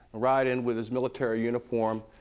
ride in with his military uniform,